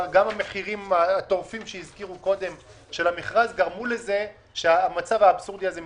המחירים הטורפים שהזכירו קודם במכרז גרמו לכך שהמצב האבסורדי הזה מתרחש.